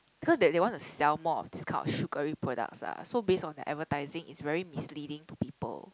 cause that they want to sell more of this kind of sugary products ah so based on the advertising it's very misleading to people